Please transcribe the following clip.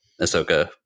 Ahsoka